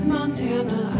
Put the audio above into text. Montana